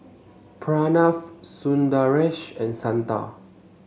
Pranav Sundaresh and Santha